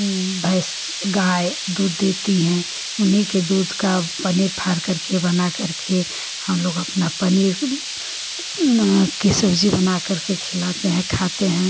भैंस गाय दूध देती हैं उन्हीं के दूध का पनीर फाड़ करके बना करके हमलोग अपना पनीर की सब्ज़ी बना करके खिलाते हैं खाते हैं